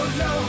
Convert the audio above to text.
no